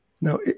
Now